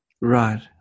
Right